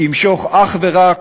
שימשוך אך ורק